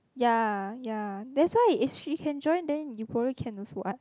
ya ya that's why if she can join then you probably can also [what]